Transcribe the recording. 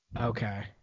okay